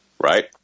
Right